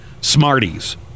Smarties